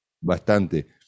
bastante